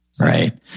Right